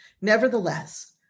Nevertheless